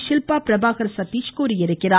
ஷில்பா பிரபாகர் சதீஷ் தெரிவித்திருக்கிறார்